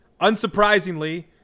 unsurprisingly